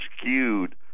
skewed